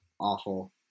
awful